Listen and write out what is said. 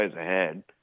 ahead